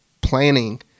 planning